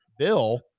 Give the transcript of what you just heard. bill